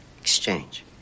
Exchange